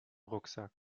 rucksack